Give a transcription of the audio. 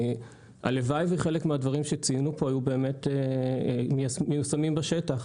הלוואי שחלק מהדברים שציינו פה היו באמת מיושמים בשטח.